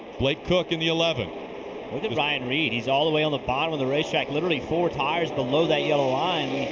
blake koch in the eleven. look at ryan reed, all the way on the bottom of the racetrack. literally four tires below the yellow line.